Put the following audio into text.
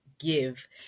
give